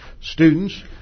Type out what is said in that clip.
students